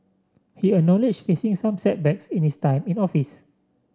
he acknowledged facing some setbacks in his time in office